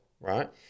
right